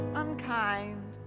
unkind